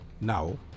Now